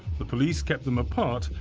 the police kept them apart,